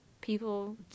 people